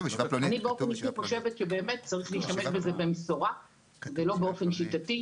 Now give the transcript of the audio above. אני באופן אישי חושבת שבאמת צריך להשתמש בזה במסורה ולא באופן שיטתי.